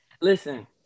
Listen